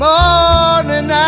Morning